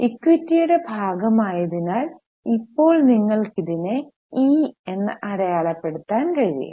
ഇക്വിറ്റിയുടെ ഭാഗമായതിനാൽ ഇപ്പോൾ നിങ്ങൾക്ക് ഇത് E എന്ന് അടയാളപ്പെടുത്താൻ കഴിയും